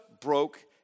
broke